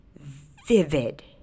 vivid